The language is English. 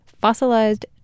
fossilized